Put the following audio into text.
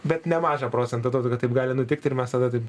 bet nemažą procentą duodu kad taip gali nutikt ir mes tada taip